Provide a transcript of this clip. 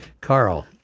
Carl